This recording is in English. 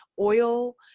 oil